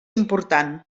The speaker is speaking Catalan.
important